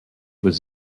was